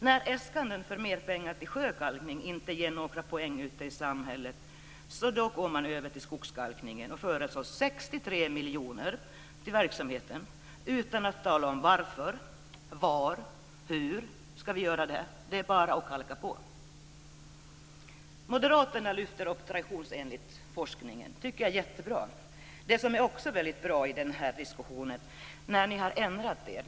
När äskanden av mer pengar till sjökalkning inte ger några poäng ute i samhället går man över till skogskalkning och föreslår 63 miljoner till verksamheten utan att tala om varför, var och hur det ska göras. Det är bara att kalka på! Moderaterna lyfter traditionsenligt upp forskningen, och det tycker jag är jättebra. Det som också är väldigt bra i den här diskussionen är att ni ändrat er.